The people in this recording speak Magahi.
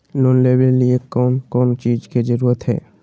लोन लेबे के लिए कौन कौन चीज के जरूरत है?